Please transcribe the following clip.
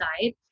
side